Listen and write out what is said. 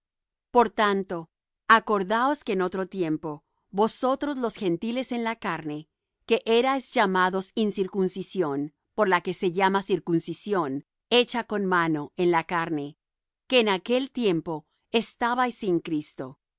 por tanto acordaos que en otro tiempo vosotros los gentiles en la carne que erais llamados incircuncisión por la que se llama circuncisión hecha con mano en la carne que en aquel tiempo estabais sin cristo